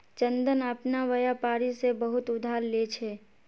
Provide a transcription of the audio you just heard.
चंदन अपना व्यापारी से बहुत उधार ले छे